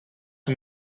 een